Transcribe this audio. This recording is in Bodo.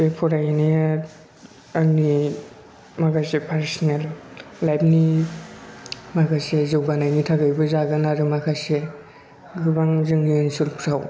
बे फरायहैनाया आंनि माखासे पारसनेल लाइफनि माखासे जौगानायनि थाखायबो जागोन आरो माखासे गोबां जोंनि ओनसोलफ्राव